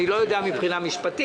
אני לא יודע מבחינה משפטית,